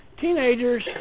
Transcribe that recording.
teenagers